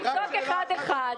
אז תבדוק אחד-אחד,